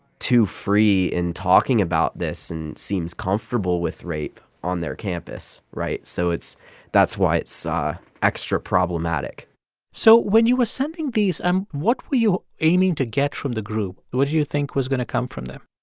too free in talking about this and seems comfortable with rape on their campus, right? so it's that's why it's ah extra problematic so when you were sending these, what were you aiming to get from the group? what did you think was going to come from them?